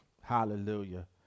Hallelujah